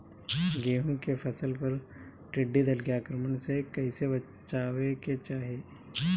गेहुँ के फसल पर टिड्डी दल के आक्रमण से कईसे बचावे के चाही?